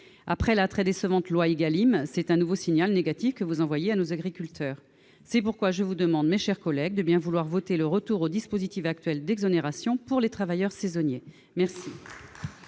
durable et accessible à tous, c'est un nouveau signal négatif que vous envoyez à nos agriculteurs. C'est pourquoi je vous demande, mes chers collègues, de bien vouloir voter le retour au dispositif actuel d'exonération pour les travailleurs saisonniers.